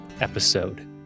episode